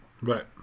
Right